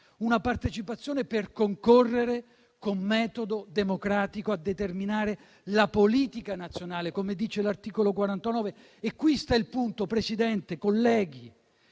una partecipazione per concorrere, con metodo democratico, a determinare la politica nazionale, come dice l'articolo 49 della Costituzione. Qui sta il punto, Presidente, colleghi: